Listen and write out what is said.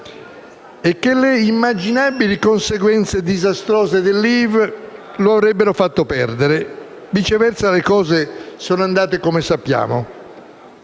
e che le immaginabili conseguenze disastrose del *leave* lo avrebbero fatto perdere. Viceversa, le cose sono andate come sappiamo.